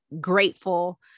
grateful